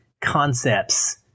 concepts